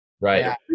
right